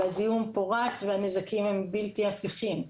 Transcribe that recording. וזיהום פה רץ והנזקים הם בלתי הפיכים.